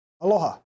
Aloha